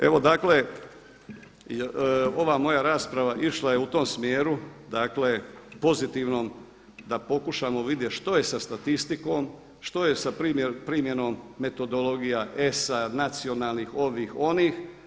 Evo dakle, ova moja rasprava išla je u tom smjeru, dakle pozitivnom da pokušamo vidjeti što je sa statistikom, što je sa primjenom metodologija ESA, nacionalnih, ovih, onih.